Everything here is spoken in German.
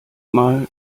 mal